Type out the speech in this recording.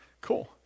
Cool